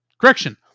Correction